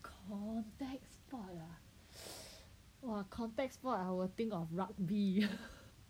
contact sport ah !whoa! contact sport I will think of rugby